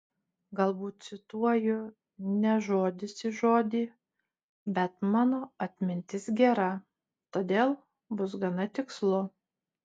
galbūt cituoju ne žodis į žodį bet mano atmintis gera todėl bus gana tikslu